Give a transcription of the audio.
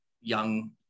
young